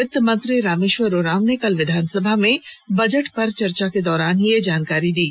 वित्त मंत्री रामेश्वर उरांव ने कल विधानसभा में बजट पर चर्चा के दौरान यह जानकारी दी